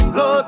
go